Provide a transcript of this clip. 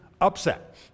upset